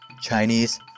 Chinese